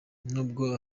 nubwo